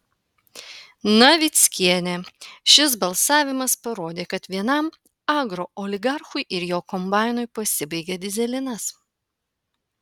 navickienė šis balsavimas parodė kad vienam agrooligarchui ir jo kombainui pasibaigė dyzelinas